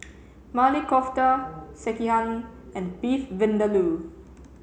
Maili Kofta Sekihan and Beef Vindaloo